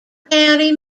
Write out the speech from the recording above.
county